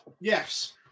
Yes